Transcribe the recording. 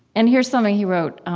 and here's something he wrote